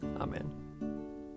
Amen